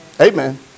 amen